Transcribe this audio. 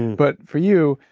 but for you,